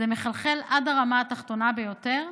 זה מחלחל עד הרמה התחתונה ביותר,